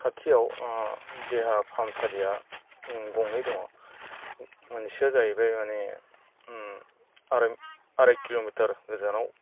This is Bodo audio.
खाथियाव देहा फाहामसालिया गंनै दङ मोनसेया जाहैबाय माने आराय किल'मिटार गोजानाव